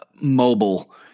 mobile